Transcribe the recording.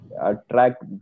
attract